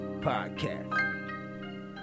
Podcast